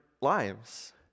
lives